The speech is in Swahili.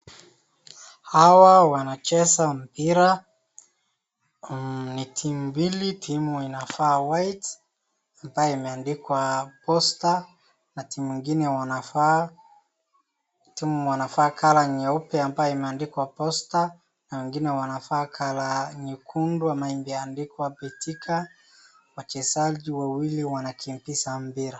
Hawa wanacheza mpira, ni timu mbili, timu inavaa white ambayo imeandikwa posta na timu ingine wanavaa colour nyeupe ambayo imeandikwa posta na wengine wanavaa colour nyekundu ambayo imeandikwa betika. Wachezaji wawili wanakimbiza mpira.